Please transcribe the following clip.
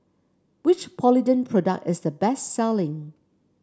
which Polident product is the best selling